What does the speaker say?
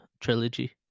trilogy